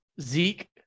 Zeke